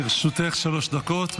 לרשותך שלוש דקות,